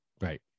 right